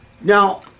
Now